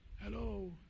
Hello